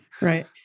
Right